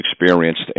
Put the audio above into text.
experienced